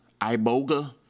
iboga